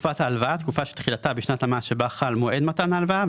"תקופת ההלוואה" תקופה שתחילתה בשנת המס שבה חל מועד מתן ההלוואה,